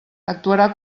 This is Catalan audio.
actuarà